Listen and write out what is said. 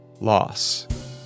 loss